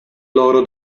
loro